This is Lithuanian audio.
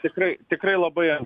tikrai tikrai labai